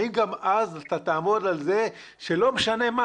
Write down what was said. האם גם אז אתה תעמוד על זה שלא משנה מה,